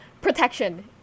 protection